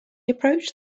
approached